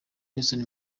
nelson